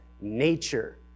nature